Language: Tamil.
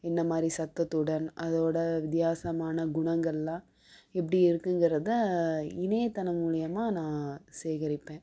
என்ன மாதிரி சத்தத்துடன் அதோடய வித்தியாசமான குணங்களெலாம் எப்படி இருக்கிங்கிறத இணையதளம் மூலிமா நான் சேகரிப்பேன்